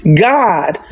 God